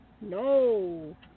no